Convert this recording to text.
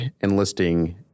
enlisting